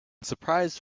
surprise